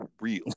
real